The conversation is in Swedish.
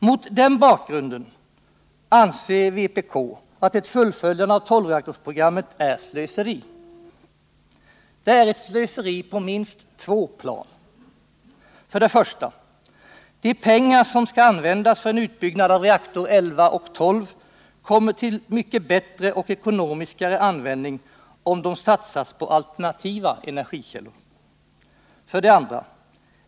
Mot den bakgrunden anser vpk att ett fullföljande av tolvreaktorsprogrammet är ett slöseri. Det är ett slöseri på minst två plan: 1. De pengar som skall användas för en utbyggnad av reaktor 11 och 12 kommer till mycket bättre och mer ekonomisk användning om de satsas på alternativa energikällor. 2.